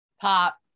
Pop